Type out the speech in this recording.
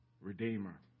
Redeemer